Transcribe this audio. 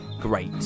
great